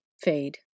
fade